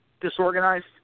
disorganized